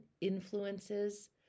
influences